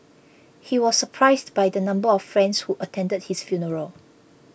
he was surprised by the number of friends who attended his funeral